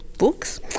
books